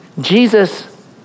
Jesus